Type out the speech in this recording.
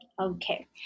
Okay